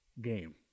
game